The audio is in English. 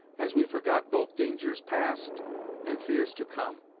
as we forgot both dangers past and fears to come,